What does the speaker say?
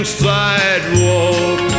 sidewalk